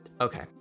Okay